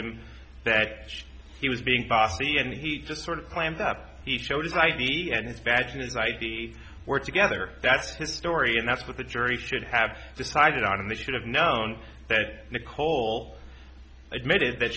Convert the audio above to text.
him that he was being bossy and he just sort of claimed that he showed his id and his badge and his id were together that's his story and that's what the jury should have decided on and they should have known that nicole admitted that